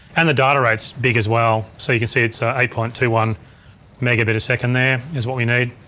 and the data rate's big as well. so you can see it's ah eight point two one megabit a second there, thats what we need.